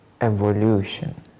evolution